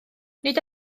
nid